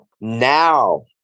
now